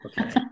Okay